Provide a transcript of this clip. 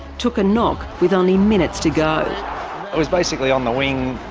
took a knock with only minutes to go. it was basically on the wing,